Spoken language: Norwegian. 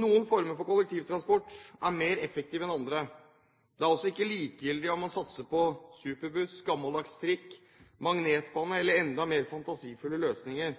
Noen former for kollektivtransport er mer effektive enn andre. Det er altså ikke likegyldig om man satser på superbuss, gammeldags trikk, magnetbane eller